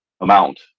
amount